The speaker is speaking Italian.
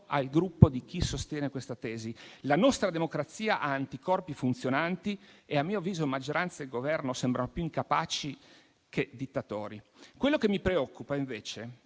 al gruppo di chi sostiene questa tesi. La nostra democrazia ha anticorpi funzionanti e a mio avviso maggioranza e Governo sembrano più incapaci che dittatori. Quello che mi preoccupa, invece,